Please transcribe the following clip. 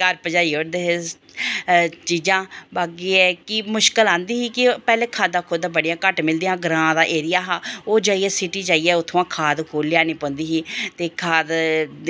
घर पजाई ओड़दे हे चीजां बाकी एह् ऐ कि मुश्कल आंदी ही कि पैह्लें खादा खूदां घट्ट मिलदियां हां ग्रांऽ दा एरिया हा ओह् जाइयै सिटी जाइयै उत्थुआं दा खाद लेआना पौंदी ही ते खादे